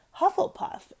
Hufflepuff